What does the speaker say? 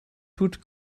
tut